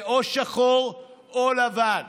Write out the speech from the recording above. זה או שחור או לבן,